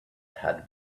had